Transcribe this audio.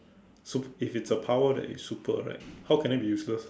so if it is a power that is super right how can it be useless